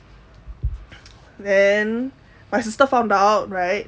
then my sister found out right